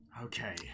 Okay